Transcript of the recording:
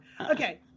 Okay